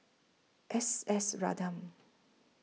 S S Ratnam